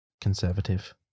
Conservative